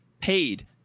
paid